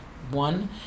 One